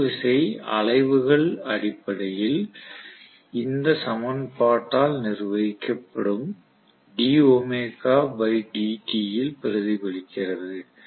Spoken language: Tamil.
திருப்பு விசை அலைவுகள் அடிப்படையில் இந்த சமன்பாட்டால் நிர்வகிக்கப்படும் இல் பிரதிபலிக்கிறது